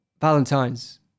valentine's